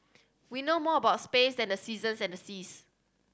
we know more about space than the seasons and the seas